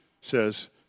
says